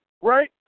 right